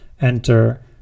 enter